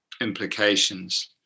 implications